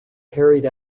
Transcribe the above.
carried